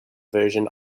version